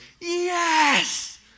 yes